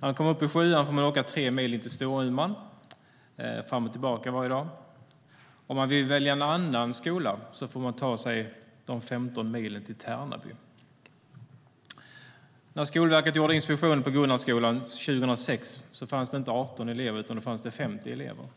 När de kommer upp i sjuan får de åka tre mil till Storuman fram och tillbaka varje dag. Om de vill välja en annan skola får de ta sig de 15 milen till Tärnaby.När Skolverket gjorde inspektion på Gunnarns skola 2006 fanns det inte 18 elever utan 50 elever.